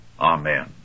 amen